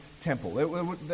temple